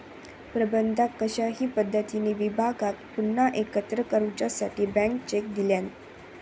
प्रबंधकान कशाही पद्धतीने विभागाक पुन्हा एकत्र करूसाठी ब्लँक चेक दिल्यान